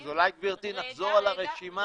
אז אולי, גברתי, נחזור על הרשימה.